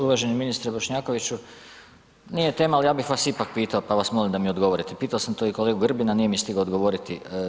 Uvaženi ministre Bošnjakvoiću, nije tema ali ja bih vas ipak pitao pa vas molim da mi odgovorite, pitao sam to i kolegu Grbinu, nije mi stigao odgovoriti.